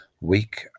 week